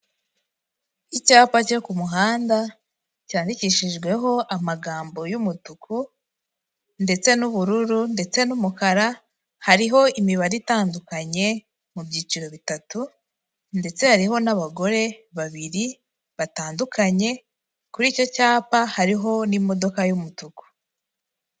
Icyapa cyo ku muhanda cyandikishijweho amagambo y'umutuku ndetse n'ubururu ndetse n'umukara, hariho imibare itandukanye mu byiciro bitatu ndetse hariho n'abagore babiri batandukanye, kuri icyo cyapa hariho n'imodoka y'umutuku.